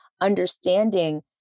understanding